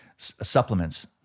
supplements